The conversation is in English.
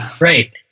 Right